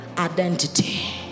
identity